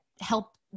help